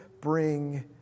bring